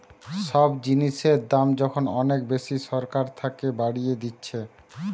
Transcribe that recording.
সব জিনিসের দাম যখন অনেক বেশি সরকার থাকে বাড়িয়ে দিতেছে